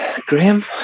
Graham